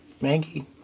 Maggie